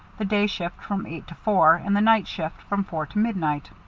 the day shift from eight to four, and the night shift from four to midnight.